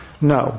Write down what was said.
No